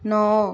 ନଅ